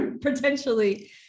potentially